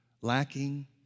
lacking